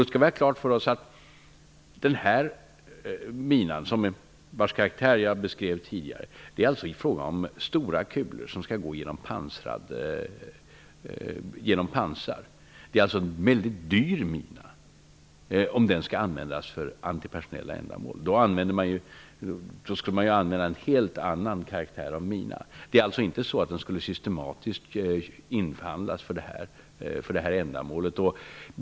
Vi skall ha klart för oss att det, när det gäller mina 013, är fråga om stora kulor som skall gå genom pansar. Jag beskrev minans karaktär tidigare. Det är en dyr mina. Om den skall användas för antipersonella ändamål blir det mycket dyrt. För sådant skulle man använda en helt annan typ av mina. Minan inhandlas alltså inte systematiskt för detta ändamål.